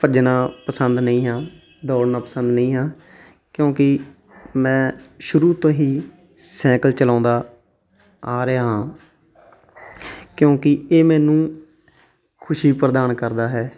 ਭੱਜਣਾ ਪਸੰਦ ਨਹੀਂ ਆ ਦੌੜਨਾ ਪਸੰਦ ਨਹੀਂ ਆ ਕਿਉਂਕਿ ਮੈਂ ਸ਼ੁਰੂ ਤੋਂ ਹੀ ਸਾਈਕਲ ਚਲਾਉਂਦਾ ਆ ਰਿਹਾ ਹਾਂ ਕਿਉਂਕਿ ਇਹ ਮੈਨੂੰ ਖੁਸ਼ੀ ਪ੍ਰਦਾਨ ਕਰਦਾ ਹੈ